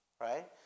right